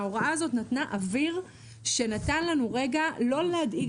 ההוראה הזאת נתנה אוויר שנתן לנו רגע לא להדאיג